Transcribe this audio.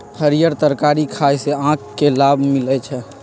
हरीयर तरकारी खाय से आँख के लाभ मिलइ छै